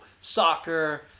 soccer